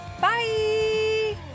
bye